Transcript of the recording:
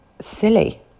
silly